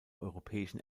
europäischen